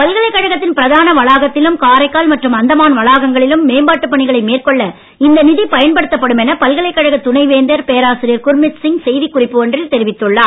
பல்கலைக்கழகத்தின் பிரதான வளாகத்திலும் காரைக்கால் மற்றும் அந்தமான் வளாகங்களிலும் மேம்பாட்டு பணிகளை மேற்கொள்ள இந்த நிதி பயன்படுத்தப்படும் என பல்கலைக் கழக துணை வேந்தர் பேராசிரியர் குர்மித் சிங் செய்தி குறிப்பு ஒன்றில் தெரிவித்துள்ளார்